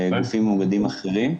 וגופים מאוגדים אחרים,